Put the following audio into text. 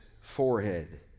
forehead